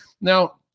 Now